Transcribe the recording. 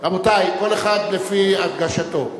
רבותי, כל אחד לפי הרגשתו.